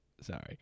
Sorry